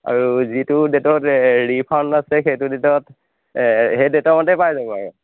আৰু যিটো ডেটত ৰিফাণ্ড আছে সেইটো ডেটত সেই ডেট মতেই পাই যাব আৰু